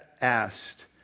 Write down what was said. asked